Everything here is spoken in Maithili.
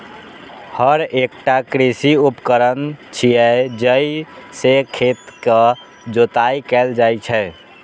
हर एकटा कृषि उपकरण छियै, जइ से खेतक जोताइ कैल जाइ छै